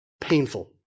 painful